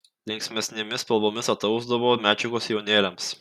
linksmesnėmis spalvomis atausdavo medžiagos sijonėliams